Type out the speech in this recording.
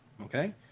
okay